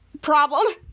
problem